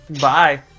Bye